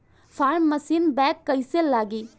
Form machine बैक कईसे लागी?